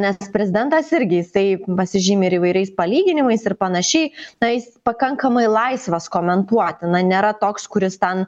nes prezidentas irgi jisai pasižymi ir įvairiais palyginimais ir panašiai tai jis pakankamai laisvas komentuoti na nėra toks kuris ten